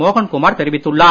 மோகன்குமார் தெரிவித்துள்ளார்